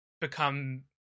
become